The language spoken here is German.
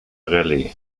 rallye